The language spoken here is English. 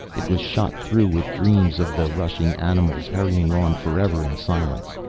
it was shot through with dreams of the rushing animals, hurrying on forever in silence.